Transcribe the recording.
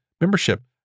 membership